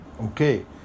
Okay